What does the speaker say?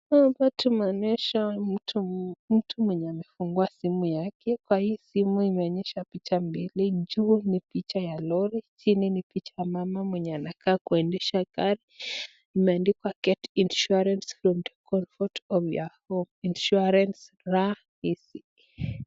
Hapa tunaoneshwa mtu mwenye amefungua simu yake na hii simu inaonesha picha mbili, juu ni p[icha ya lori, chini ni mama mwenye anakaa kuendesha gari imeandikwa Get insurance from the comfort of your home Insurance Rah-Easy .